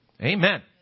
Amen